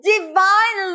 Divine